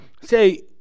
say